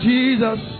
Jesus